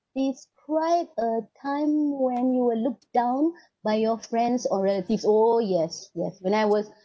describe a time when you were looked down by your friends or relatives oh yes yes when I was